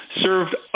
served